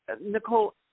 Nicole